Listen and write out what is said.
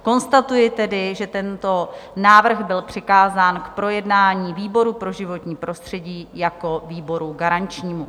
Konstatuji tedy, že tento návrh byl přikázán k projednání výboru pro životní prostředí jako výboru garančnímu.